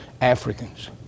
Africans